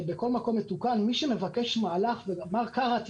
הייתי מצפה מר קארה,